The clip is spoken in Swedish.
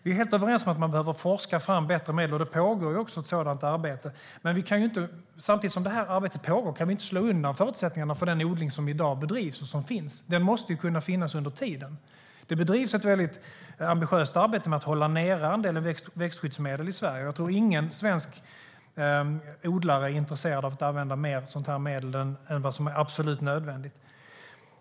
Vi är helt överens om att man behöver forska fram bättre medel, och det pågår också ett sådant arbete. Men medan det här arbetet pågår kan vi inte slå undan förutsättningarna för den odling som i dag bedrivs. Den måste kunna finnas under tiden. Det bedrivs ett väldigt ambitiöst arbete med att hålla nere mängden växtskyddsmedel i Sverige. Jag tror inte att någon svensk odlare är intresserad av att använda mer sådana här medel än vad som är absolut nödvändigt.